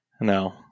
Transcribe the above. No